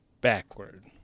Backward